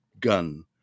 gun